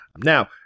now